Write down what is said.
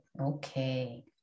Okay